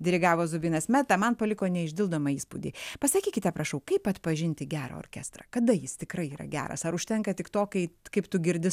dirigavo zubinas meta man paliko neišdildomą įspūdį pasakykite prašau kaip atpažinti gerą orkestrą kada jis tikrai yra geras ar užtenka tik to kai kaip tu girdi